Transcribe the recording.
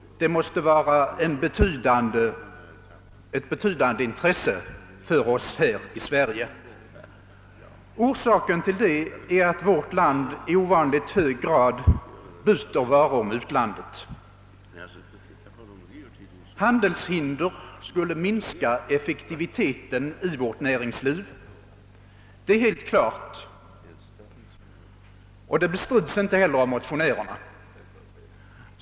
Det måste vara ett betydande intresse för oss här i Sverige att världshandeln präglas av liberala principer. Orsaken är att vårt land i ovanligt hög grad byter varor med utlandet. Handelshinder skulle minska effektiviteten i vårt näringsliv. Det är alldeles klart, och det bestrids inte heller av motionärerna.